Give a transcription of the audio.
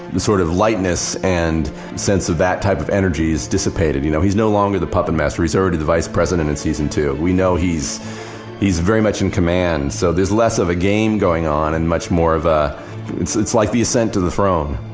sort of lightness and sense of that type of energy is dissipated. you know he's no longer the puppet master. he's already the vice president in season two. we know he's he's very much in command. so there's less of a game going on and much more of, ah it's it's like the ascent to the throne.